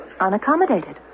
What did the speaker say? unaccommodated